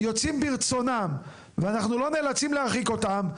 יוצאים ברצונם ואנחנו לא נאלצים להרחיק אותם,